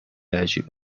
عجیب